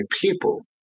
people